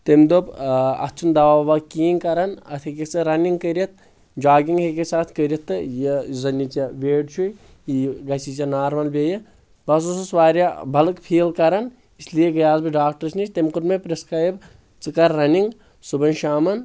تٔمۍ دوٚپ آ اتھ چھُنہٕ دوا ووا کہینۍ کران اتھ ہیٚککھ ژٕ رننِگ کٔرِتھ جاگنٛگ ہیٚککھ ژٕ اتھ کٔرِتھ تہٕ یہِ یُس زن یہِ ژےٚ ویٹ چھُے یہِ گژھی ژےٚ نارمل بییٚہِ بہٕ حظ اوسُس واریاہ بلٕک فیٖل کران اس لیے گٔیاوُس بہٕ ڈاکٹرس نِش تٔمۍ کوٚر مےٚ پرسکریب ژٕ کر رننِگ صبحن شامن